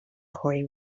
corey